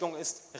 ist